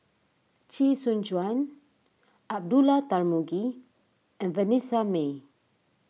Chee Soon Juan Abdullah Tarmugi and Vanessa Mae